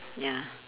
ya